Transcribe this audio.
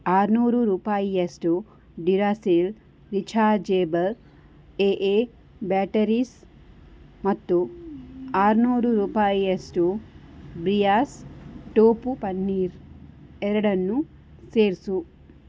ಆರುನೂರು ರೂಪಾಯಿಯಷ್ಟು Duracell rechargeable A A batteries ಮತ್ತು ಆರುನೂರು ರೂಪಾಯಿಯಷ್ಟು ಬ್ರಿಯಾಸ್ ಟೋಪು ಪನ್ನೀರ್ ಎರಡನ್ನೂ ಸೇರಿಸು